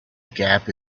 gap